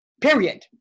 Period